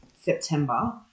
September